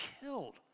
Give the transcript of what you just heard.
killed